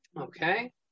Okay